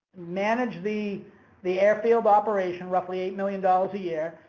manage the the airfield operation, roughly eight million dollars a year.